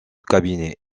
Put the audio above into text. cabinet